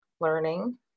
learning